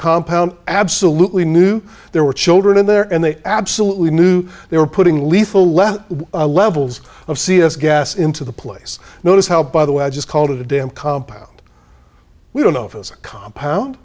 compound absolutely knew there were children in there and they absolutely knew they were putting lethal less levels of c s gas into the place notice how by the way i just called it a dam compound we don't know if it's a compound